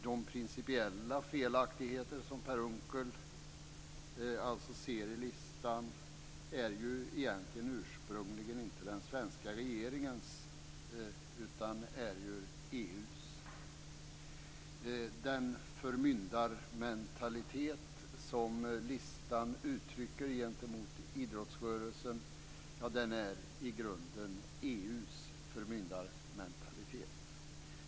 De principiella felaktigheter som Per Unckel ser i listan är egentligen ursprungligen inte den svenska regeringens utan EU:s. Den förmyndarmentalitet som listan uttrycker gentemot idrottsrörelsen är i grunden EU:s förmyndarmentalitet.